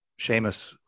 Seamus